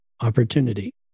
opportunity